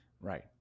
Right